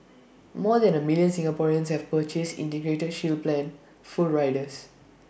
more than A million Singaporeans have purchased integrated shield plan full riders